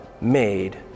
made